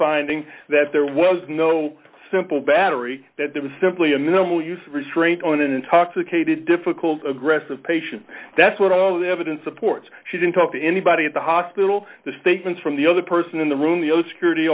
finding that there was no simple battery that there was simply a minimal use restraint on an intoxicated difficult aggressive patient that's what all the evidence supports she didn't talk to anybody at the hospital the statements from the other person in the room the other security